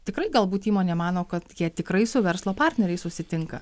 tikrai galbūt įmonė mano kad jie tikrai su verslo partneriais susitinka